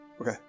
Okay